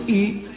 eat